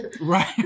Right